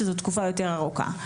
שזאת תקופה יותר ארוכה.